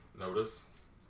notice